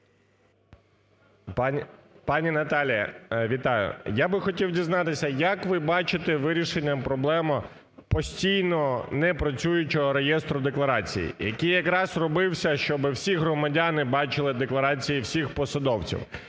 Пані Наталія, вітаю! Я би хотів дізнатися, як ви бачите вирішення проблеми постійно непрацюючого реєстру декларацій, який якраз робився, щоб всі громадяни бачили декларації всіх посадовців?